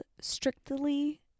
Strictly